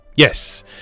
Yes